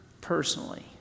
personally